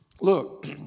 Look